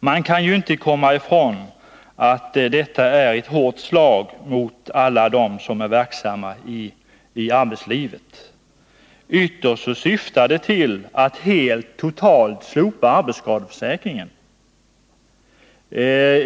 Man kan inte komma ifrån att förslaget innebär ett hårt slag mot alla som är verksamma i arbetslivet. Ytterst syftar det till att helt slopa arbetsskadeförsäkringen.